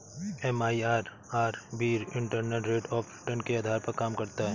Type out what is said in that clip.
MIRR भी internal rate of return के आधार पर काम करता है